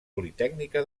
politècnica